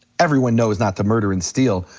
everyone knows not to murder and steal.